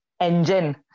Engine